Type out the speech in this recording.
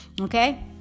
okay